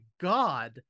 God